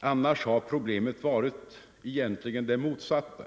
Nr 126 Under senare år har problemet egentligen varit det motsatta.